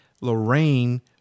Lorraine